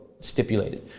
Stipulated